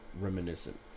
reminiscent